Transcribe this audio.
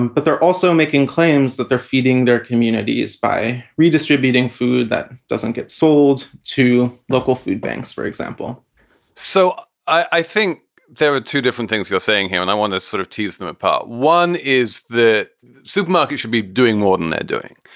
but they're also making claims that they're feeding their communities by redistributing food that doesn't get sold to local food banks, for example so i think there are two different things you're saying here, and i want to sort of tease them apart. one is the supermarket should be doing more than they're doing.